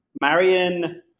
Marion